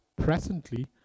presently